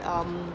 um